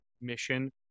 mission